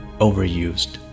overused